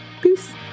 Peace